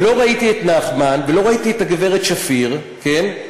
ולא ראיתי את נחמן, ולא ראיתי את הגברת שפיר, כן,